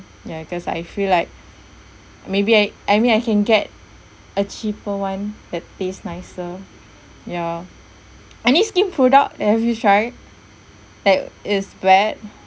ya cause I feel like maybe I I mean I can get a cheaper one that taste nicer ya any skin product that have you try that is bad